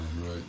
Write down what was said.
right